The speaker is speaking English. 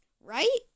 right